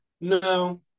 No